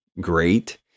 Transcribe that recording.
great